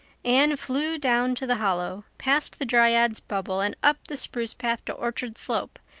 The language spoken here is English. anne flew down to the hollow, past the dryad's bubble and up the spruce path to orchard slope,